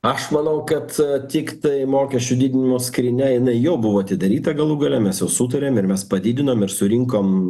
aš manau kad tiktai mokesčių didinimo skrynia jinai jau buvo atidaryta galų gale mes jau sutarėm ir mes padidinom ir surinkom